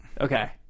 Okay